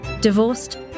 Divorced